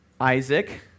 Isaac